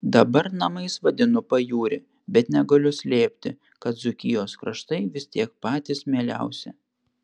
dabar namais vadinu pajūrį bet negaliu slėpti kad dzūkijos kraštai vis tiek patys mieliausi